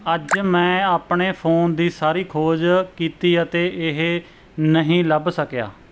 ਅੱਜ ਮੈਂ ਆਪਣੇ ਫ਼ੋਨ ਦੀ ਸਾਰੀ ਖੋਜ ਕੀਤੀ ਅਤੇ ਇਹ ਨਹੀਂ ਲੱਭ ਸਕਿਆ